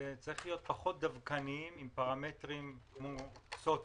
צריך להיות פחות דווקניים עם פרמטרים כמו מעמד סוציו-אקונומי.